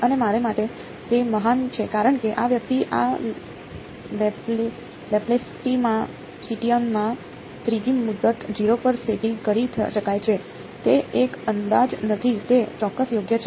અને મારા માટે તે મહાન છે કારણ કે આ વ્યક્તિ આ લેપ્લેસિયનમાં ત્રીજી મુદત 0 પર સેટ કરી શકાય છે તે એક અંદાજ નથી તે ચોક્કસ યોગ્ય છે